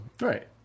Right